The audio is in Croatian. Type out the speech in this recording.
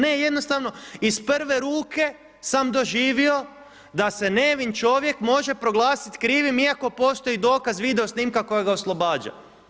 Ne, jednostavno iz prve ruke sam doživio da se nevin čovjek može proglasiti krivim iako postoji dokaz video snimka koja ga oslobađa.